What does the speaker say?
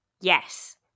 Yes